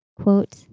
Quote